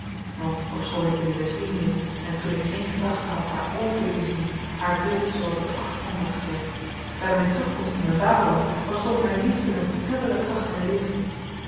want ofschoon ik in de west-indiën en toen ik geen gedachten had haar ooit weer te zien haar beeld zoo wat op den achtergrond had gezet bij mijn terugkomst in mijn vaderland was het of mijn liefde met dubbele kracht